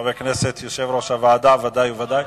וחבר הכנסת יושב-ראש הוועדה, ודאי וודאי.